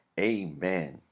amen